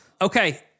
Okay